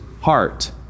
heart